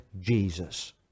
jesus